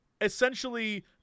essentially